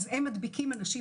הם מדביקים אנשים